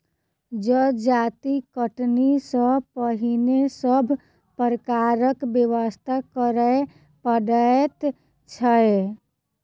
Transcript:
जजाति कटनी सॅ पहिने सभ प्रकारक व्यवस्था करय पड़ैत छै